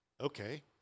okay